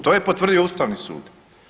To je potvrdio Ustavni sud.